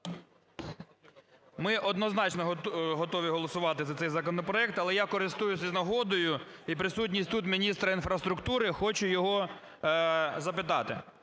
Ми однозначно готові голосувати за цей законопроект, але я, користуючись нагодою і присутністю тут міністра інфраструктури, хочу його запитати.